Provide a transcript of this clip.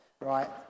right